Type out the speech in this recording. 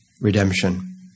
redemption